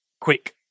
quick